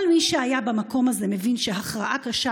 כל מי שהיה במקום הזה מבין שהכרעה קשה,